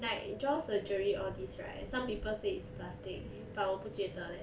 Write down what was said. like jaw surgery all this right some people say it's plastic but 我不觉得 leh